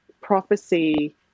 prophecy